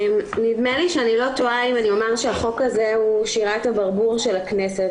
נדמה לי שאני לא טועה אם אני אומר שהחוק הזה הוא שירת הברבור של הכנסת,